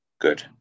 Good